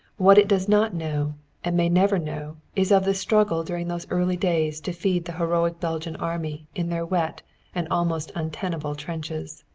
what it does not know and may never know is of the struggle during those early days to feed the heroic belgian army in their wet and almost untenable trenches.